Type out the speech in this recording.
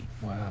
Wow